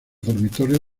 dormitorios